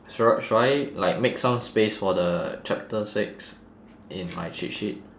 should should I like make some space for the chapter six in my cheat sheet